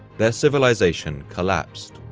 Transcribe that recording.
their civilization collapsed.